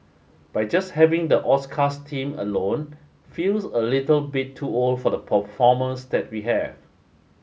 but just having the Oscars team alone feels a little bit too old for the performers that we have